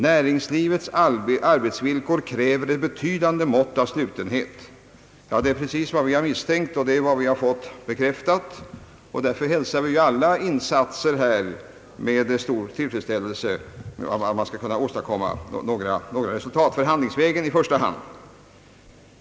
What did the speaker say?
Näringslivets arbetsvillkor kräver ett betydande mått av intern slutenhet.» Ja, det är precis vad vi har misstänkt och vad vi har fått bekräftat. Därför hälsar vi alla insatser för företagsdemokratin med stor tillfredsställelse, som man i första hand skall kunna lösa förhandlingsvägen.